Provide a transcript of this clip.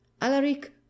alaric